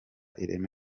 ireme